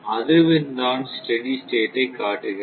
அதிர்வெண் தான் steady state ஐ காட்டுகிறது